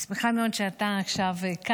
אני שמחה מאוד שאתה כאן עכשיו,